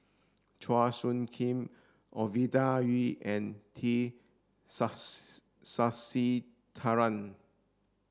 Chua Soo Khim Ovidia Yu and T Sasitharan